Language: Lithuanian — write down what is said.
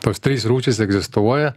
tos trys rūšys egzistuoja